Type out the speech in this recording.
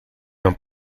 mijn